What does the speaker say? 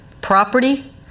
property